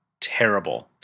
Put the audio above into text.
terrible